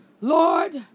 Lord